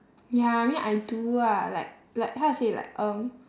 ya I mean I do ah like like how to say like um